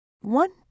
one